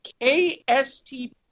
KSTP